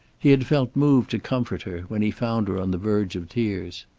he had felt moved to comfort her, when he found her on the verge of tears.